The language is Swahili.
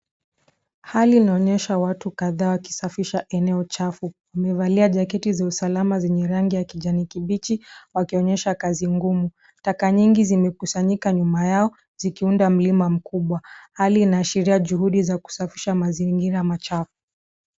Hali inaonyesha watu kadhaa wakisafisha eneo chafu. Wamevalia jaketi za usalama zenye rangi ya kijani kibichi, wakionyesha kazi ngumu. Taka nyingi zimekusanyika nyuma yao, zikiunda mlima mkubwa. Hali inaashiria juhudi za kusafisha mazingira machafu.